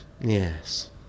Yes